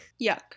yuck